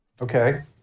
Okay